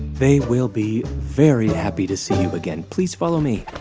they will be very happy to see you again. please follow me